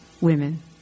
women